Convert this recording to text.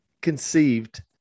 conceived